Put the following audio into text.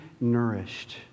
nourished